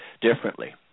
differently